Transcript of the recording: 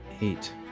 Eight